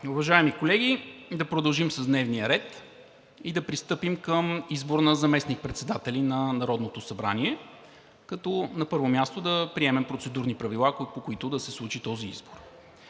Уважаеми колеги, да продължим с дневния ред и да пристъпим към избор на заместник-председатели на Народното събрание, като на първо място да приемем Процедурни правила, по които да се случи този избор.